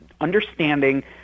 understanding